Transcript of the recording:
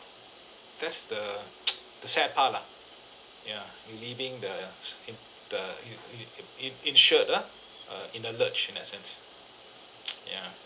that's the the sad part lah ya you're leaving the in the you you in~ in~ insured ah err in a lurch in that sense ya